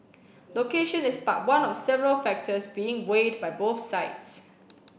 location is but one of several factors being weighed by both sides